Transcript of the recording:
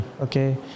Okay